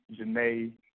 Janae